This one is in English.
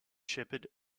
shepherd